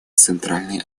центральной